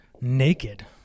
naked